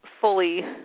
fully